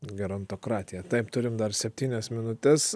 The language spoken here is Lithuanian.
gerontokratija taip turim dar septynias minutes